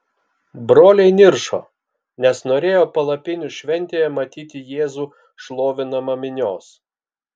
broliai niršo nes norėjo palapinių šventėje matyti jėzų šlovinamą minios